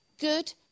Good